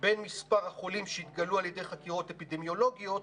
בין מספר החולים שהתגלו על ידי חקירות אפידמיולוגיות